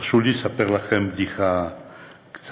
הרשו לי לספר לכם בדיחה קצרה,